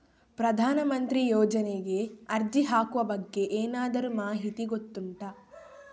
ಪ್ರಧಾನ ಮಂತ್ರಿ ಯೋಜನೆಗೆ ಅರ್ಜಿ ಹಾಕುವ ಬಗ್ಗೆ ಏನಾದರೂ ಮಾಹಿತಿ ಗೊತ್ತುಂಟ?